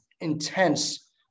intense